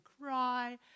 cry